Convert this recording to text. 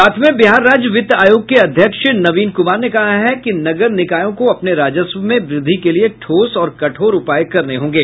सातवें बिहार राज्य वित्त आयोग के अध्यक्ष नवीन कुमार ने कहा है कि नगर निकायों को अपने राजस्व में वृद्धि के लिये ठोस और कठोर उपाय करने होंगे